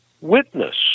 witness